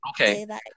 okay